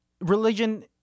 Religion